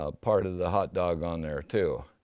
ah part of the hot dog on there too.